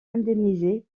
indemnisé